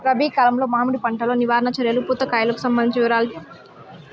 రబి కాలంలో మామిడి పంట లో నివారణ చర్యలు పూత కాయలకు సంబంధించిన వివరాలు?